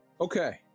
okay